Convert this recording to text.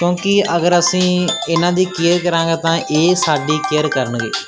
ਕਿਉਂਕਿ ਅਗਰ ਅਸੀਂ ਇਹਨਾਂ ਕੇਅਰ ਕਰਾਂਗਾ ਤਾਂ ਇਹ ਸਾਡੀ ਕੇਅਰ ਕਰਨਗੇ